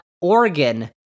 Oregon